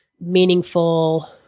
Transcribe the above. meaningful